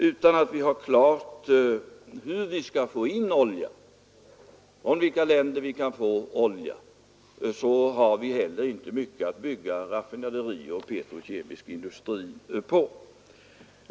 Utan att det är klart, från vilka länder vi kan få olja, har vi inte mycket att bygga raffinaderier och petrokemisk industri på.